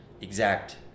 exact